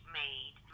made